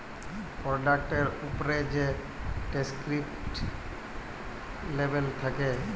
পরডাক্টের উপ্রে যে ডেসকিরিপ্টিভ লেবেল থ্যাকে